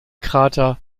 krater